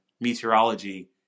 meteorology